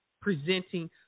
presenting –